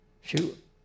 shoot